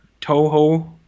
Toho